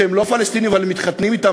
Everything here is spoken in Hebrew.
שהם לא פלסטינים אבל הם מתחתנים אתם,